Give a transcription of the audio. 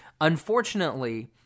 Unfortunately